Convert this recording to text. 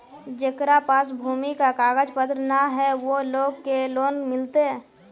जेकरा पास भूमि का कागज पत्र न है वो लोग के लोन मिलते?